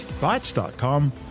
Bytes.com